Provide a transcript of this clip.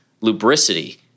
lubricity